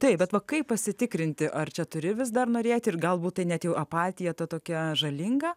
taip bet va kai pasitikrinti ar čia turi vis dar norėti ir galbūt ne tik apatija tokia žalinga